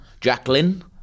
Jacqueline